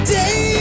day